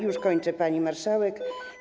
Już kończę, pani marszałek.